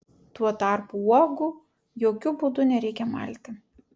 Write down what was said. tuo tarpu uogų jokiu būdu nereikia malti